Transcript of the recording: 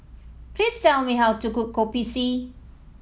please tell me how to cook Kopi C